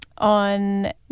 on